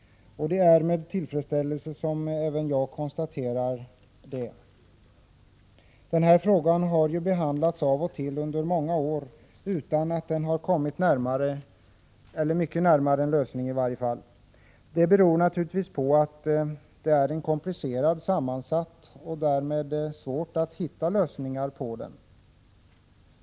Det är med tillfredsställelse som även jag konstaterar det. Den här frågan har ju behandlats av och till under många år utan att den har kommit närmare en lösning — inte mycket närmare i varje fall. Det beror naturligtvis på att frågan är komplicerad och sammansatt och att det därför är svårt att hitta lösningar på den.